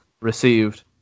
received